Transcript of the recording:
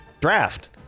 draft